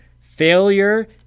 failure